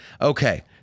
Okay